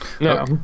No